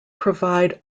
provide